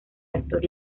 actor